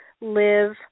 live